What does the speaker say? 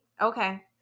Okay